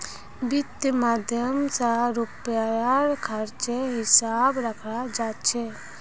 वित्त माध्यम स रुपयार खर्चेर हिसाब रखाल जा छेक